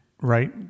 right